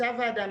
מצב האדם,